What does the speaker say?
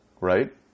right